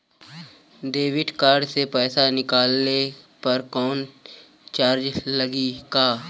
Debit card से पैसा निकलले पर कौनो चार्ज लागि का?